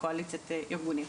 כקואליציית ארגונים.